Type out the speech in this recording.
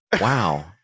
Wow